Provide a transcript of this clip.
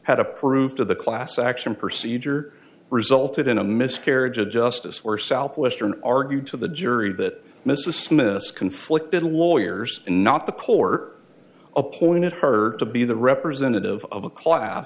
had approved of the class action procedure resulted in a miscarriage of justice for southwestern argued to the jury that mrs smith's conflicted lawyers and not the court appointed her to be the representative of a class